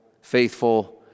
faithful